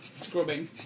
scrubbing